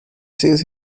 sees